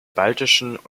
baltischen